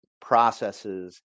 processes